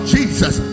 Jesus